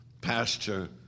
pasture